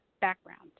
background